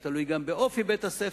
זה תלוי גם באופי בית-הספר,